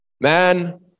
Man